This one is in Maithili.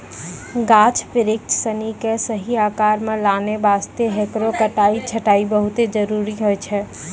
गाछ बिरिछ सिनि कॅ सही आकार मॅ लानै वास्तॅ हेकरो कटाई छंटाई बहुत जरूरी होय छै